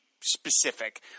specific